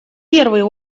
первый